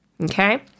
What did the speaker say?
Okay